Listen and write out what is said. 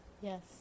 Yes